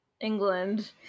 England